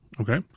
Okay